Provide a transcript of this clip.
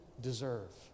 deserve